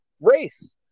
race